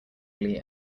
glee